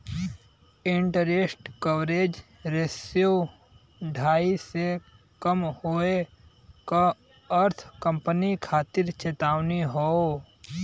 interest coverage ratio ढाई से कम होये क अर्थ कंपनी खातिर चेतावनी हौ